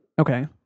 Okay